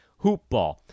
HoopBall